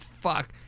fuck